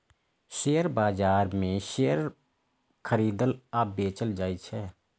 share बाजार मे share खरीदल आ बेचल जाइ छै